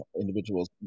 individuals